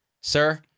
sir